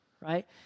right